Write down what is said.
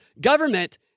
government